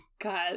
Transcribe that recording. God